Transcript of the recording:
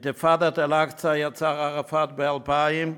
את אינתיפאדת אל-אקצא יצר ערפאת ב-2000,